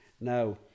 now